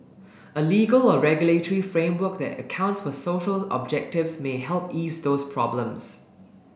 a legal or regulatory framework that accounts for social objectives may help ease those problems